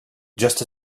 just